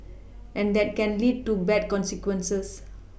and that can lead to bad consequences